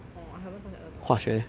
orh I haven't touch other topics